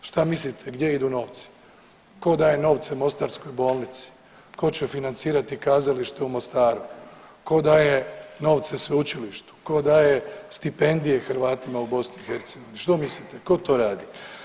Šta mislite gdje idu novci, ko daje novce mostarskoj bolnici, ko će financirati kazalište u Mostaru, ko daje novce sveučilištu, ko daje stipendije Hrvatima u BiH, što mislite ko to radi?